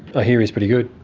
ah hear he's pretty good.